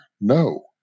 No